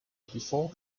before